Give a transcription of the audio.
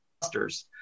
clusters